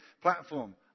platform